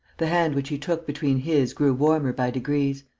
the hand which he took between his grew warmer by degrees.